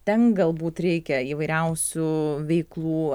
ten galbūt reikia įvairiausių veiklų